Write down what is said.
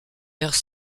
vers